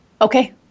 Okay